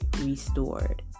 restored